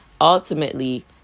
ultimately